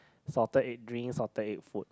salted egg drinks salted egg food